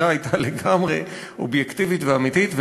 הזכייה הייתה לגמרי אובייקטיבית ואמיתית,